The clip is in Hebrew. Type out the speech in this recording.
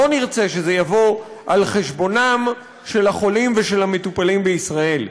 לא נרצה שזה יבוא על חשבונם של החולים ושל המטופלים בישראל.